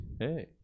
Hey